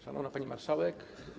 Szanowna Pani Marszałek!